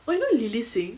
oh you know lilly singh